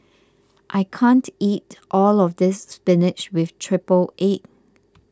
I can't eat all of this Spinach with Triple Egg